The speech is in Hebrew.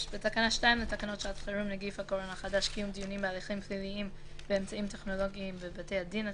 הקורונה החדש 2019) (בידוד בבית חולים)